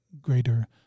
greater